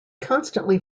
constantly